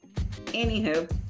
Anywho